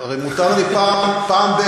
הרי מותר לי פעם ב-,